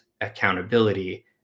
accountability